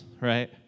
right